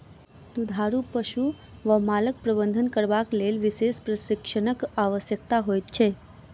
दुधारू पशु वा मालक प्रबंधन करबाक लेल विशेष प्रशिक्षणक आवश्यकता होइत छै